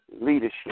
leadership